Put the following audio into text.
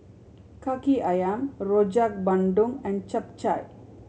Kaki Ayam Rojak Bandung and Chap Chai